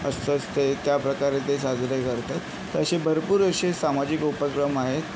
असतंच ते त्याप्रकारे ते साजरे करतात तर अशे भरपूर असे सामाजिक उपक्रम आहेत